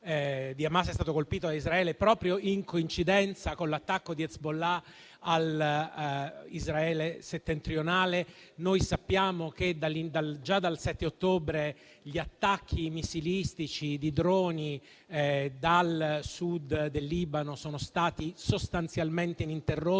di Hamas è stato colpito da Israele proprio in coincidenza con l'attacco di Hezbollah nella parte settentrionale di Israele. Noi sappiamo che, già dal 7 ottobre, gli attacchi missilistici di droni dal sud del Libano sono stati sostanzialmente ininterrotti